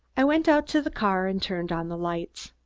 i went out to the car and turned on the lights.